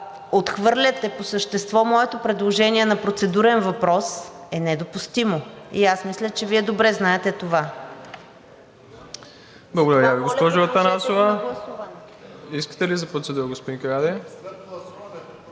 отхвърляте по същество моето предложение на процедурен въпрос е недопустимо и аз мисля, че Вие добре знаете това.